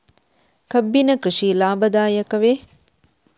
ಕಬ್ಬಿನ ಕೃಷಿ ಲಾಭದಾಯಕವೇ?